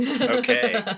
okay